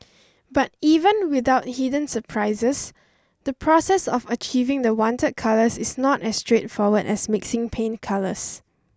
but even without hidden surprises the process of achieving the wanted colours is not as straightforward as mixing paint colours